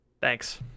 Thanks